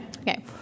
Okay